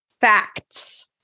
facts